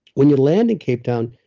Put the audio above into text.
when you land in cape town,